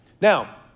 Now